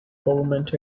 government